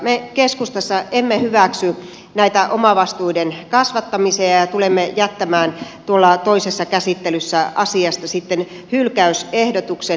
me keskustassa emme hyväksy näitä omavastuiden kasvattamisia ja tulemme jättämään tuolla toisessa käsittelyssä asiasta sitten hylkäysehdotuksen